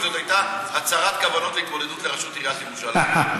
אם זאת הייתה הצהרת כוונות להתמודדות לראשות עיריית ירושלים,